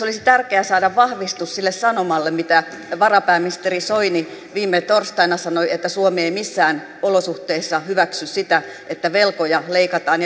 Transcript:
olisi tärkeää myös saada vahvistus sille sanomalle mitä varapääministeri soini viime torstaina sanoi että suomi ei missään olosuhteissa hyväksy sitä että velkoja leikataan